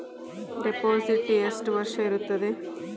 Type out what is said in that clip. Deposit ಎಷ್ಟು ವರ್ಷ ಇರುತ್ತದೆ?